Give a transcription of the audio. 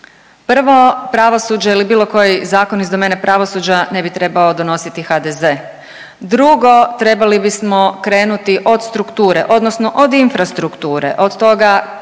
Prvo pravosuđe ili bilo koji zakon iz domene pravosuđa ne bi trebao donositi HDZ. Drugo, trebali bismo krenuti od strukture, odnosno od infrastrukture, od toga koliko